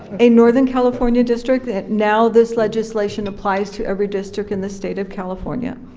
a northern california district. now this legislation applies to every district in the state of california.